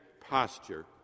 posture